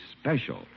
special